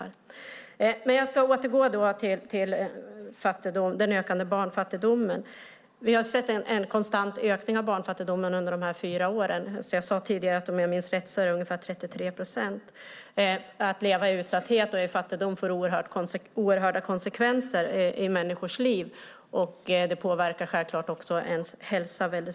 Jag vill sedan återgå till den ökande barnfattigdomen. Vi har sett en konstant ökning av barnfattigdomen under de fyra senaste åren. Jag sade tidigare att om jag minns rätt är barnfattigdomen ungefär 33 procent. Att leva i utsatthet och fattigdom får oerhörda konsekvenser i människors liv. Det påverkar självfallet också ens hälsa mycket.